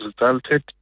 resulted